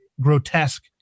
grotesque